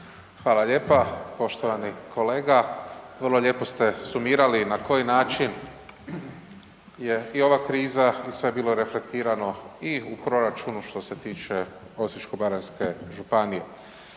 Hvala lijepa poštovani kolega. Vrlo lijepo ste sumirali na koji način je i ova kriza i sve je bilo reflektirano i u proračunu što se Osječko-baranjske županije.